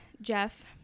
Jeff